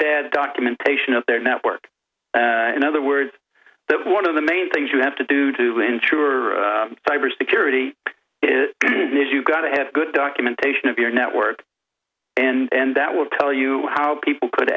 bad documentation of their network in other words that one of the main things you have to do to ensure cyber security is you've got to have good documentation of your network and that will tell you how people could